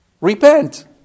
repent